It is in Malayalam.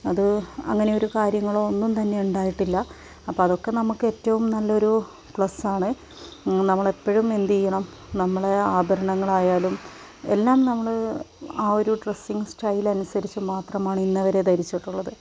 അത് അങ്ങനെ ഒരു കാര്യങ്ങളൊ ഒന്നും തന്നെ ഉണ്ടായിട്ടില്ല അപ്പോൾ അതൊക്കെ നമ്മൾക്ക് ഏറ്റവും നല്ലൊരു പ്ലസ് ആണ് നമ്മളെപ്പോഴും എന്ത് ചെയ്യണം നമ്മളെ ആഭരണങ്ങൾ ആയാലും എല്ലാം നമ്മൾ ആ ഒരു ഡ്രസ്സിംഗ് സ്റ്റൈൽ അനുസരിച്ച് മാത്രമാണ് ഇന്നുവരെ ധരിച്ചിട്ടുള്ളത്